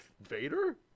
Vader